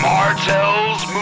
Martell's